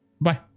Bye